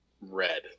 red